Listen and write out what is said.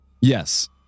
Yes